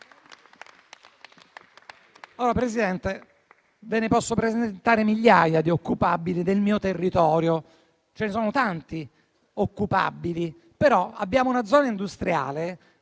Ve ne posso presentare migliaia di occupabili del mio territorio. Ce ne sono tanti di occupabili, ma abbiamo una zona industriale dove